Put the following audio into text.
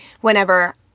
whenever